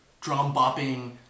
drum-bopping